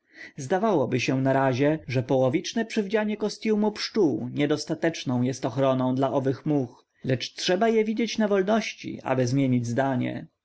zdawałoby się na razie że połowiczne przywdzianie kostiumu pszczół niedostateczną jest ochroną dla owych much lecz trzeba je widzieć na wolności aby zmienić zdanie